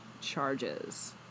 charges